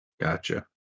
Gotcha